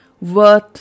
worth